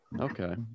Okay